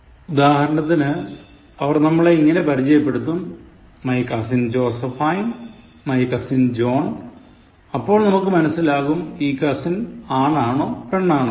ഉദാഹരണത്തിന് അവർ നമ്മളെ ഇങ്ങനെ പരിചയപ്പെടുത്തും my cousin Josephine my cousin John അപ്പോൾ നമുക്ക് മനസിലാകും ഈ cousin ആണാണോ പെണ്ണാണോ എന്ന്